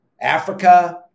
Africa